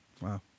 Wow